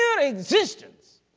existence